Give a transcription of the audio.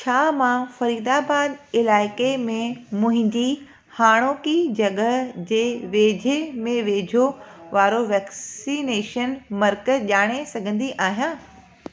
छा मां फरीदाबाद इलाइक़े में मुंहिंजी हाणोकी जॻह जे वेझो में वेझो वारो वैक्सीनेशन मर्कज़ु ॼाणे सघंदी आहियां